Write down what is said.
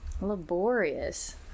Laborious